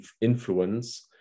influence